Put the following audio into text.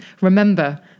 remember